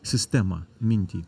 sistemą mintį